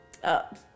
up